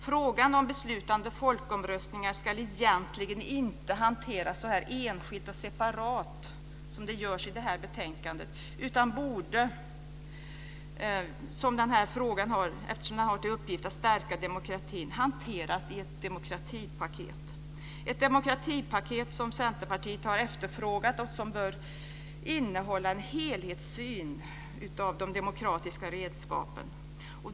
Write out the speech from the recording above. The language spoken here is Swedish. Frågan om beslutande folkomröstningar ska egentligen inte hanteras så enskilt och separat som i detta betänkande, utan borde - eftersom dessa har till uppgift att stärka demokratin - hanteras i ett demokratipaket, som Centerpartiet har efterfrågat och som bör innehålla en helhetssyn på de demokratiska redskapen.